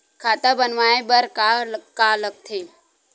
खाता बनवाय बर का का लगथे?